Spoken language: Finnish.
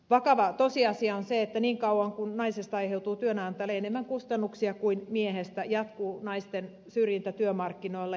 vakava tosiasia on se että niin kauan kuin naisesta aiheutuu työnantajalle enemmän kustannuksia kuin miehestä jatkuu naisten syrjintä työmarkkinoilla